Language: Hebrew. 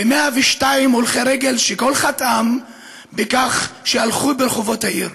ו-102 הולכי רגל שכל חטאם בכך שהלכו ברחובות העיר.